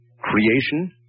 Creation